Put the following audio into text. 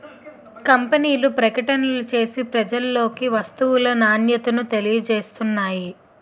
కంపెనీలు ప్రకటనలు చేసి ప్రజలలోకి వస్తువు నాణ్యతను తెలియజేస్తున్నాయి